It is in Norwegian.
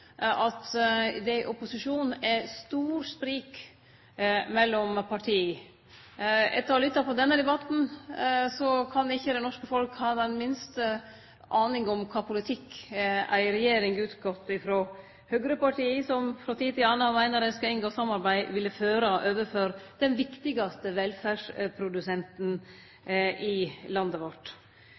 at det i opposisjonen er stor sprik mellom parti. Etter å ha lytta på denne debatten kan ikkje det norske folk ha den minste aning om kva politikk ei regjering utgått frå høgrepartia, som frå tid til anna meiner dei skal inngå samarbeid, ville føre overfor den viktigaste velferdsprodusenten i landet vårt.